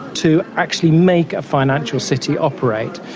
to actually make a financial city operate.